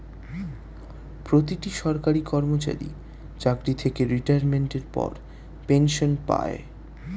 প্রতিটি সরকারি কর্মচারী চাকরি থেকে রিটায়ারমেন্টের পর পেনশন পায়